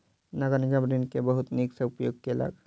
नगर निगम ऋण के बहुत नीक सॅ उपयोग केलक